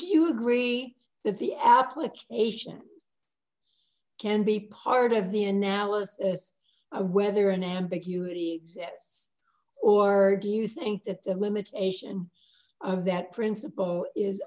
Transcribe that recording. would you agree that the application can be part of the analysis of whether an ambiguity or do you think that's a limitation of that principle is